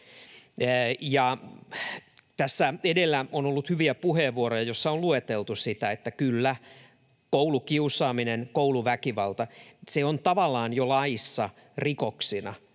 Tässä edellä on ollut hyviä puheenvuoroja, joissa on lueteltu sitä, että kyllä, koulukiusaaminen, kouluväkivalta, on tavallaan jo laissa rikoksina,